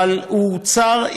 אבל הוא צר,